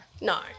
No